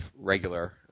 regular